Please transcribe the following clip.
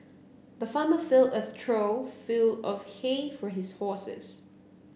the farmer filled a trough fill of hay for his horses